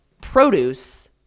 produce